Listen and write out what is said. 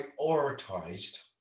prioritized